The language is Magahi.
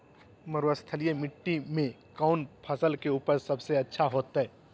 मरुस्थलीय मिट्टी मैं कौन फसल के उपज सबसे अच्छा होतय?